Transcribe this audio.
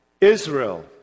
Israel